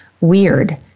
weird